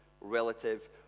relative